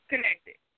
Connected